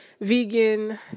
vegan